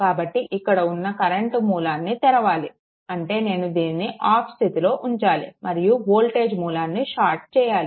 కాబట్టి ఇక్కడ ఉన్న కరెంట్ మూలాన్ని తెరవాలి అంటే దీనిని ఆఫ్ స్థితిలో ఉంచాలి మరియు వోల్టేజ్ మూలాన్ని షార్ట్ చేయాలి